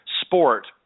sport –